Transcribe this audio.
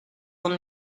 will